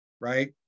right